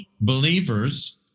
believers